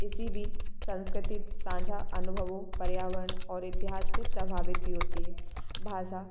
इसी बीच संस्कृति साझा अनुभवो पर्यावरण और इतिहास से प्रभावित भी होती है भाषा